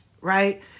Right